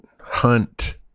hunt